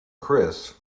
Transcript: chris